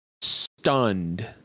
stunned